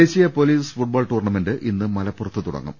ദേശീയ police football tournament ഇന്ന് മല പ്പുറത്ത് തുടങ്ങും